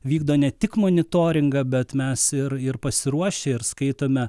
vykdo ne tik monitoringą bet mes ir ir pasiruošę ir skaitome